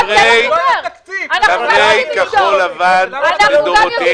אנחנו גם יודעים